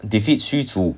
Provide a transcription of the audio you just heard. defeat 驱逐